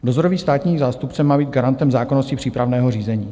Dozorový státní zástupce má být garantem zákonnosti přípravného řízení.